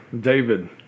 David